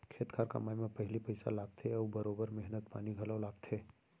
खेत खार कमाए म पहिली पइसा लागथे अउ बरोबर मेहनत पानी घलौ लागथे